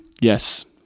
Yes